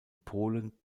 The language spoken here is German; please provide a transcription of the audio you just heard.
polen